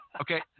okay